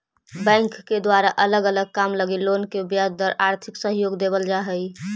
bank के द्वारा अलग अलग काम लगी लोग के ब्याज पर आर्थिक सहयोग देवल जा हई